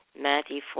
Matthew